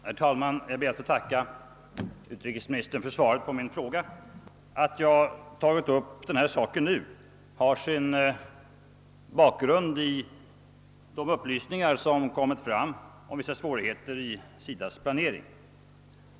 Herr talman! Jag ber att få tacka utrikesministern för svaret på min fråga. Att jag tagit upp denna sak nu har sin bakgrund i de upplysningar som framkommit om vissa svårigheter :i SIDA :s planering.